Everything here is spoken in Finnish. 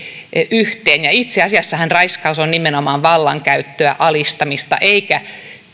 yhteen itse asiassahan raiskaus on nimenomaan vallankäyttöä alistamista eikä